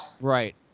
Right